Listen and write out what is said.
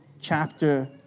chapter